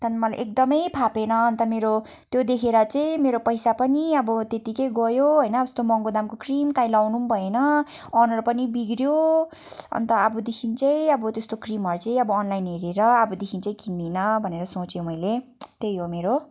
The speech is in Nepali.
त्यहाँदेखि मलाई एकदमै फापेन अन्त मेरो त्यो देखेर चाहिँ मेरो पैसा पनि अब त्यतिकै गयो होइन त्यस्तो महँगो दामको क्रिम कहीँ लगाउनु पनि भएन अनुहार पनि बिग्रियो अन्त अबदेखि चाहिँ अब त्यस्तो क्रिमहरू चाहिँ अब अनलाइन हेरेर अबदेखि चाहिँ किन्दिनँ भनेर सोचेँ मैले त्यही हो मेरो